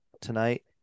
tonight